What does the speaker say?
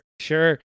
sure